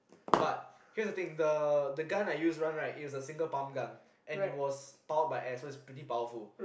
but here's the thing the the gun I use one right it's a single pump gun and it was powered by air so it's pretty powerful